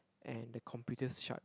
and the computer shut